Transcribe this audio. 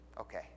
Okay